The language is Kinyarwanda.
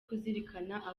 kuzirikana